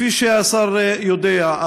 כפי שהשר יודע,